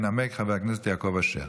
ינמק חבר הכנסת יעקב אשר.